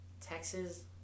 Texas